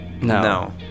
no